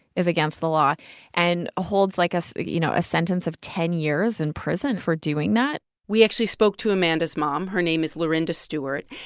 is against the law and holds, like, you know, a sentence of ten years in prison for doing that we actually spoke to amanda's mom. her name is lorinda stewart.